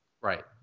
Right